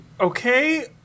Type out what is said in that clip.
Okay